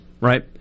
right